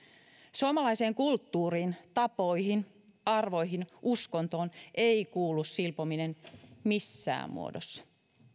suomalaiseen kulttuuriin tapoihin arvoihin uskontoon ei kuulu silpominen missään muodossa